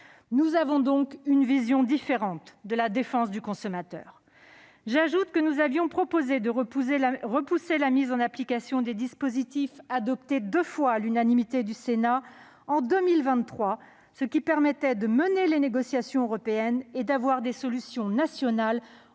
Nous avons donc une vision différente de la défense du consommateur. J'ajoute que nous avions proposé de reporter à 2023 la mise en application des dispositifs adoptés deux fois à l'unanimité par le Sénat, afin de vous permettre de mener les négociations européennes et d'avoir des solutions nationales